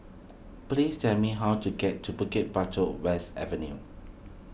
please tell me how to get to Bukit Batok West Avenue